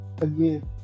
Again